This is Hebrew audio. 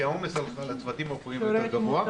כי העומס על הצוותים הרפואיים יותר גבוה.